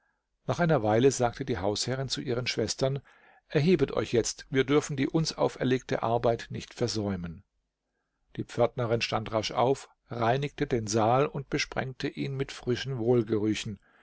nach einer weile sagte die hausherrin zu ihren schwestern erhebet euch jetzt wir dürfen die uns auferlegte arbeit nicht versäumen die pförtnerin stand rasch auf reinigte den saal und besprengte ihn mit frischen